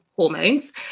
hormones